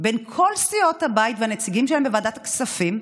בין כל סיעות הבית והנציגים שלהן בוועדת הכספים,